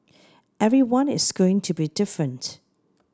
everyone is going to be different